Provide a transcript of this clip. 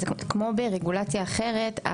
זה כמו ברגולציה אחרת,